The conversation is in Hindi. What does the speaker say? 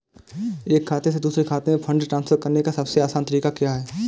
एक खाते से दूसरे खाते में फंड ट्रांसफर करने का सबसे आसान तरीका क्या है?